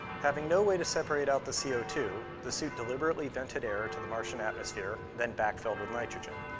having no way to separate out the c o two, the suit deliberately vented air to the martian atmosphere, then backfilled with nitrogen.